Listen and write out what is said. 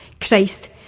Christ